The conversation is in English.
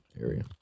area